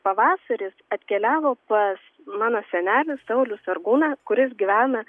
pavasaris atkeliavo pas mano senelį saulių sargūną kuris gyvena